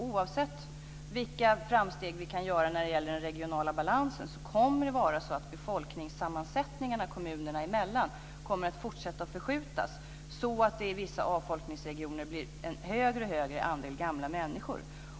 Oavsett vilka framsteg vi kan göra när det gäller den regionala balansen kommer det att vara så att befolkningssammansättningen kommunerna emellan kommer att fortsätta att förskjutas, så att det i vissa avfolkningsregioner blir en större och större andel gamla människor.